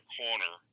corner